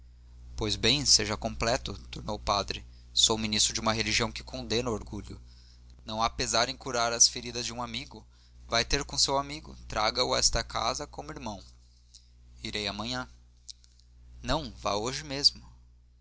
pois bem seja completo tornou o padre sou ministro de uma religião que condena o orgulho não há de ser em curar as feridas de um amigo vá ter com o seu amigo traga o a esta casa como irmão irei amanhã não vá hoje mesmo